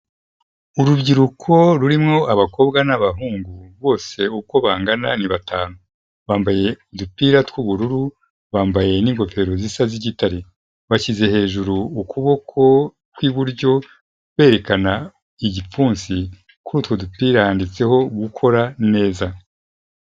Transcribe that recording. Urubyiruko rurimo abakobwa n'abahungu, bose uko bangana ni batanu, bambaye udupira tw'ubururu, bambaye n' ingofero zisa z'igitare, bashyize hejuru ukuboko kw'iburyo berekana igipfunsi, kuri utwo dupira handitseho gukora neza.